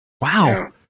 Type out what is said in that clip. Wow